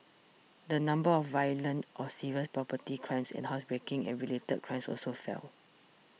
the number of violent or serious property crimes and housebreaking and related crimes also fell